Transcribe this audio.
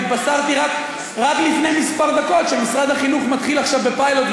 והתבשרתי רק לפני כמה דקות שמשרד החינוך מתחיל עכשיו בפיילוט,